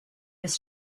was